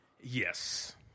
Yes